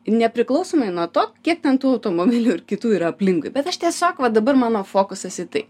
nepriklausomai nuo to kiek ten tų automobilių ir kitų yra aplinkui bet aš tiesiog va dabar mano fokusas į tai